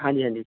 ਹਾਂਜੀ ਹਾਂਜੀ